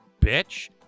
bitch